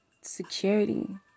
security